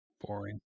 Boring